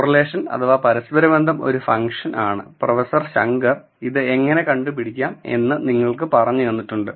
correlation പരസ്പരബന്ധം ഒരു function ആണ് പ്രൊഫസർ ശങ്കർ ഇത് എങ്ങനെ കണ്ടു പിടിക്കാം എന്നത് നിങ്ങള്ക്ക് പറഞ്ഞു തന്നിട്ടുണ്ട്